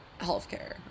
healthcare